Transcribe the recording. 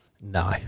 No